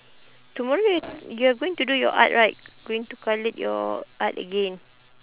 tomorrow you're you're going to do your art right going to call it your art again